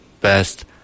best